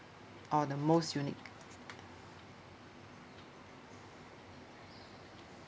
or the most unique